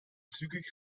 zügig